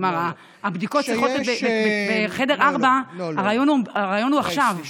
הרעיון הוא שהבדיקות בחדר 4 יהיו עכשיו.